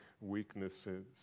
weaknesses